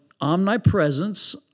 Omnipresence